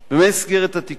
במסגרת התיקון,